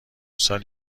سال